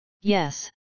yes